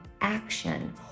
action